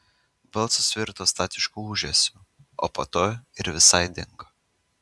balsas virto statišku ūžesiu o po to ir visai dingo